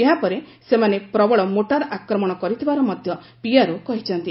ଏହାପରେ ସେମାନେ ପ୍ରବଳ ମୋର୍ଟାର ଆକ୍ରମଣ କରିଥିବାର ମଧ୍ୟ ପିଆର୍ଓ କହିଛନ୍ତି